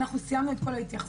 אנחנו סיימנו את כל ההתייחסויות.